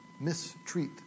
mistreat